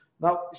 Now